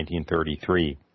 1933